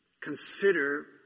Consider